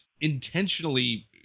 intentionally